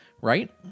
right